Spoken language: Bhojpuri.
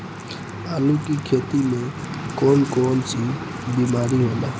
आलू की खेती में कौन कौन सी बीमारी होला?